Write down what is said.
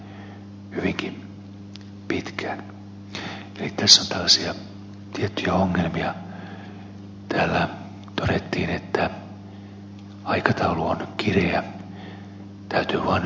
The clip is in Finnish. eli tässä on tällaisia tiettyjä ongelmia